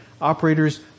Operators